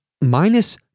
minus